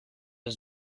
his